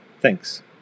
Thanks